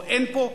או אין פה,